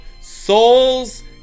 souls